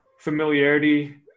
familiarity